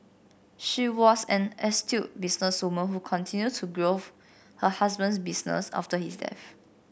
she was an astute businesswoman who continued to her husband's business after his death